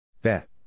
Bet